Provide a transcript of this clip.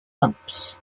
bumps